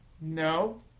No